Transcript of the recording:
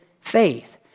faith